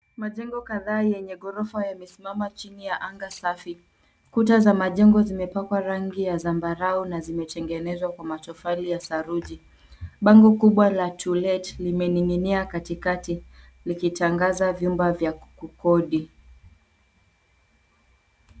Majengo kadhaa yenye ghorofa yamesimama chini ya anga safi. Kuta za majengo zimepakwa rangi ya zambarau, na zimetengenezwa kwa matofali ya saruji. Bango kubwa la to let limening'inia katikati, likitangaza vyumba vya kukodi.